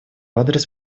адрес